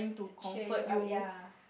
to cheer you up ya